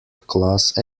class